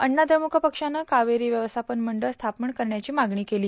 अण्णाद्रमुक पक्षानं कावेरी व्यवस्थापन मंडळ स्थापन करण्याची मागणी केली